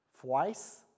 Twice